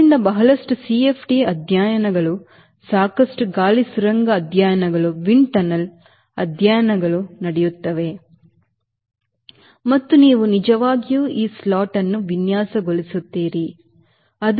ಆದ್ದರಿಂದ ಬಹಳಷ್ಟು CFD ಅಧ್ಯಯನಗಳು ಸಾಕಷ್ಟು ಗಾಳಿ ಸುರಂಗ ಅಧ್ಯಯನಗಳು ನಡೆಯುತ್ತವೆ ಮತ್ತು ನೀವು ನಿಜವಾಗಿಯೂ ಈ ಸ್ಲಾಟ್ ಅನ್ನು ವಿನ್ಯಾಸಗೊಳಿಸುತ್ತೀರಿ ಸರಿ